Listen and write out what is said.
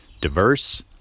diverse